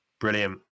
brilliant